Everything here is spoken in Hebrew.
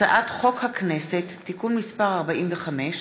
הצעת חוק הכנסת (תיקון מס' 45)